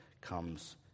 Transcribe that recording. comes